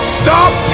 stop